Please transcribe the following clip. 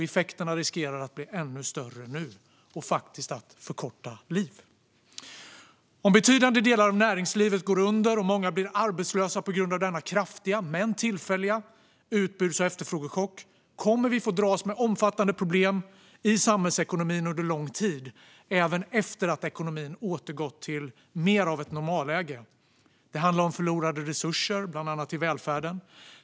Effekterna riskerar att bli ännu större nu och att faktiskt förkorta liv. Om betydande delar av näringslivet går under och många blir arbetslösa på grund av denna kraftiga men tillfälliga utbuds och efterfrågechock kommer vi att få dras med omfattande problem i samhällsekonomin under lång tid, även efter att ekonomin återgått till mer av ett normalläge. Det handlar om förlorade resurser, bland annat till välfärden.